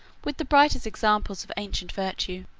with the brightest examples of ancient virtue.